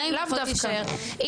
גם אם רוצות להישאר,